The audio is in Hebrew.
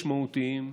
משמעותיים,